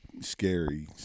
scary